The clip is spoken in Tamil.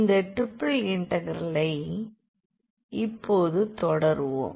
இந்த டிரிபிள் இன்டெக்ரலை இப்போது தொடருவோம்